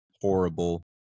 horrible